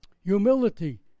Humility